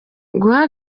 guha